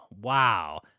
Wow